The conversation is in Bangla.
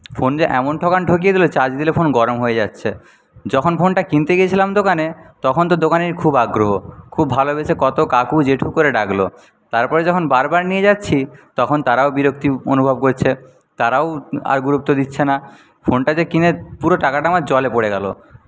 ফোন যে এমন ঠকান ঠকিয়ে দিল চার্জ দিলে ফোন গরম হয়ে যাচ্ছে যখন ফোনটা কিনতে গেছিলাম দোকানে তখন তো দোকানির খুব আগ্রহ খুব ভালোবেসে কত কাকু জ্যেঠু করে ডাকল তারপরে যখন বারবার নিয়ে যাচ্ছি তখন তারাও বিরক্তি অনুভব করছে তারাও আর গুরুত্ব দিচ্ছে না ফোনটা যে কিনে পুরো টাকাটা আমার জলে পড়ে গেলো